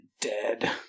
dead